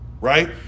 Right